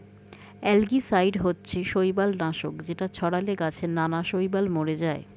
algicide হচ্ছে শৈবাল নাশক যেটা ছড়ালে গাছে নানা শৈবাল মরে যায়